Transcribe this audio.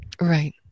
Right